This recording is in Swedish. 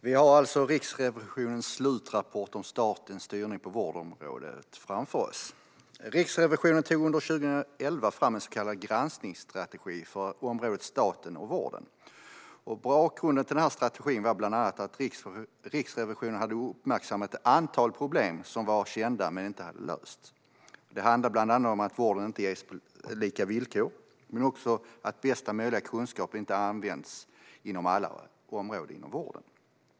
Fru talman! Vi har alltså Riksrevisionens slutrapport om statens styrning på vårdområdet framför oss. Riksrevisionen tog under 2011 fram en så kallad granskningsstrategi för området staten och vården. Bakgrunden till denna strategi var bland annat att Riksrevisionen hade uppmärksammat ett antal problem som var kända men som inte hade lösts. Det handlade bland annat om att vården inte ges på lika villkor men också om att bästa möjliga kunskap inte används på alla områden inom vården.